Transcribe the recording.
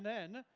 then,